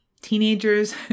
teenagers